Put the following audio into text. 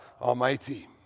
Almighty